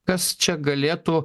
kas čia galėtų